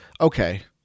okay